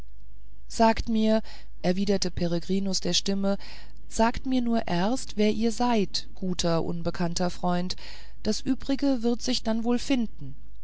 sagt mir erwiderte peregrinus tyß der stimme sagt mir nur erst wer ihr seid guter unbekannter freund das übrige wird sich denn wohl finden